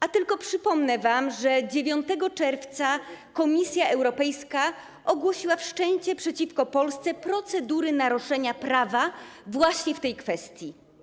A tylko przypomnę wam, że 9 czerwca Komisja Europejska ogłosiła wszczęcie przeciwko Polsce procedury naruszenia prawa właśnie w tej kwestii.